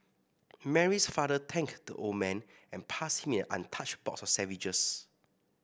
Mary's father thanked the old man and passed him an untouched box of sandwiches